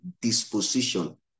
disposition